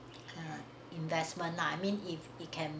err investment lah I mean if it can